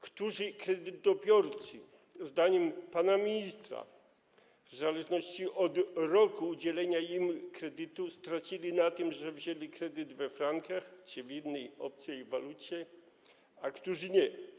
Którzy kredytobiorcy, zdaniem pana ministra, w zależności od roku udzielenia im kredytu, stracili na tym, że wzięli kredyt we frankach czy w innej obcej walucie, a którzy nie.